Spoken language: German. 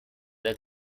der